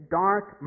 dark